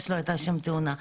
- ונס שלא היתה שם תאונה.